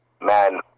man